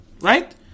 Right